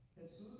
Jesus